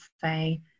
say